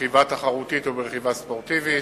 ברכיבה תחרותית וברכיבה ספורטיבית),